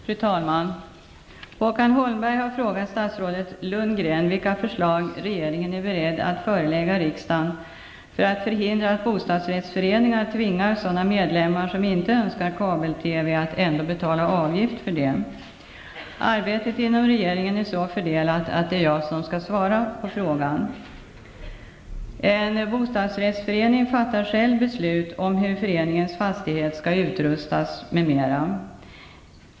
Fru talman! Håkan Holmberg har frågat statsrådet Lundgren vilka förslag regeringen är beredd att förelägga riksdagen för att förhindra att bostadsrättsföreningar tvingar sådana medlemmar som inte önskar kabel-TV att ändå betala avgift för det. Arbetet inom regeringen är så fördelat att det är jag som skall svara på frågan. En bostadsrättsförening fattar själv beslut om hur föreningens fastighet skall utrustas m.m.